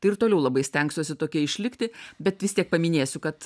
tai ir toliau labai stengsiuosi tokia išlikti bet vis tiek paminėsiu kad